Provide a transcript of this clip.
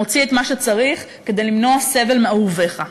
מוציא את מה שצריך כדי למנוע סבל מאהוביך.